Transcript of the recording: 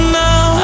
now